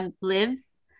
lives